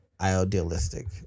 Idealistic